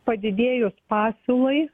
padidėjus pasiūlai